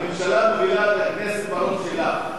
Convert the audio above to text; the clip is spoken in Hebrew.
הממשלה מובילה את הכנסת ברוב שלה.